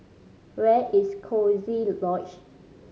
where is Coziee Lodge